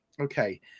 okay